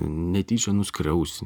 netyčia nuskriausi